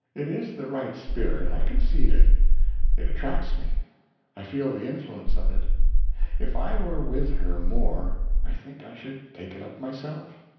it is the right spirit, i concede it it attracts me i feel the influence of it if i were with her more i think i should take it up myself.